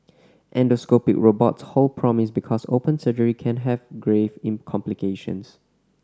endoscopic robots hold promise because open surgery can have grave in complications